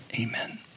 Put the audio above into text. amen